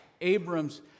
Abram's